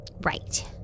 Right